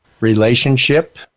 relationship